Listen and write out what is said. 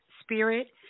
spirit